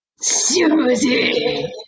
Susie